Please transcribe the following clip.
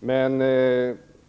Men